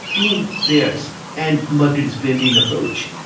team players and multi-disciplined in approach.